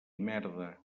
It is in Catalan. merda